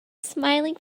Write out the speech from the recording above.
smiling